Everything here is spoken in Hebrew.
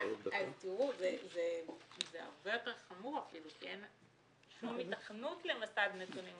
זה הרבה יותר חמור אפילו כי אין שום היתכנות למסד נתונים.